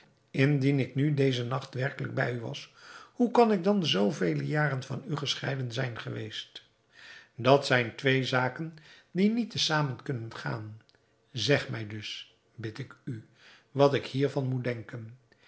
indien ik nu dezen nacht werkelijk bij u was hoe kan ik dan zoo vele jaren van u gescheiden zijn geweest dat zijn twee zaken die niet te zamen kunnen gaan zeg mij dus bid ik u wat ik hiervan moet denken